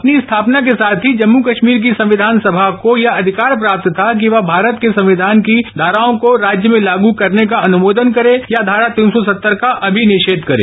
अपनी स्थापना के साथ ही जम्मू कश्मीर की संविधान सभा को यह अधिकार प्राप्त था कि वह भारत के संविधान की धाराओं को राज्य मे लागू करने का अनुमोदन करे या धारा तीन सौ सत्तर का अभिनिषेघ करे